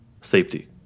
safety